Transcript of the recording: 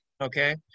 Okay